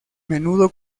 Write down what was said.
menudo